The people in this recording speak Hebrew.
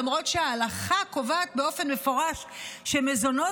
למרות שההלכה קובעת באופן מפורש שמזונות